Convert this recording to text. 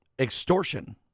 extortion